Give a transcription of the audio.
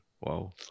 Wow